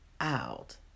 out